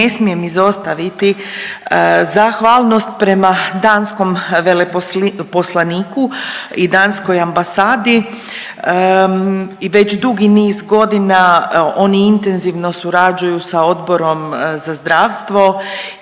Ne smijem izostaviti zahvalnost prema danskom veleposlaniku i Danskoj ambasadi, već dugi niz godina oni intenzivno surađuju sa Odborom za zdravstvo